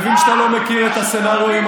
אני מבין שאתה לא מכיר את הסצנריו האלה,